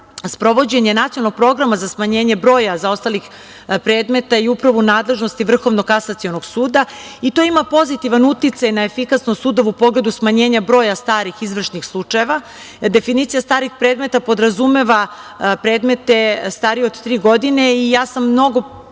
sprovođenje nacionalnog programa za smanjenje broja zaostalih predmeta i upravu nadležnosti Vrhovnog kasacionog suda, to ima pozitivan uticaj na efikasnost sudova u pogledu smanjenja broja starih izvršnih slučajeva. Definicija starih predmeta podrazumeva predmete starije od tri godine, i ja sam mnogo